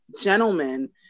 gentlemen